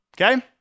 Okay